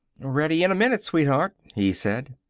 ready in a minute, sweetheart, he said.